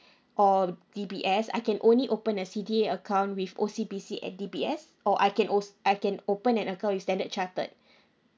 or D_B_S I can only open a C_D_A account with O_C_B_C and D_B_S or I can also I can open an account with standard chartered